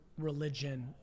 religion